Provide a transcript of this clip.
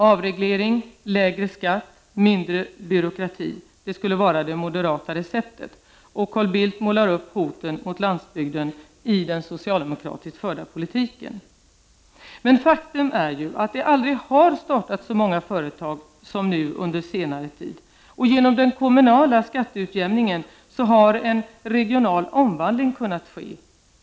Avreglering, lägre skatt, mindre byråkrati — det skulle vara det moderata receptet. Och Carl Bildt målar upp hoten mot landsbygden i den socialdemokratiskt förda politiken. Men faktum är ju att det aldrig har startats så många företag som nu, under senare tid. Genom den kommunala skatteutjämningen har en regional omvandling kunnat ske.